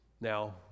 Now